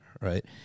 Right